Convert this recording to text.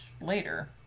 later